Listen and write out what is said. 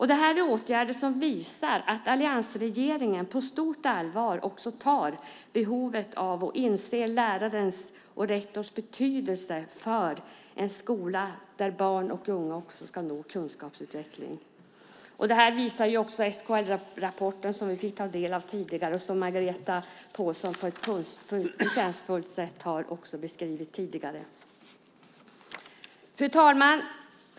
Det här är åtgärder som visar att alliansregeringen på stort allvar inser lärarens och rektorns betydelse för en skola där barn och unga ska få kunskapsutveckling. Det här visar också SKL-rapporten, som vi fick ta del av tidigare och som Margareta Pålsson på ett förtjänstfullt sätt har beskrivit. Fru talman!